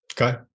Okay